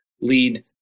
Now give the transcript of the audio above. lead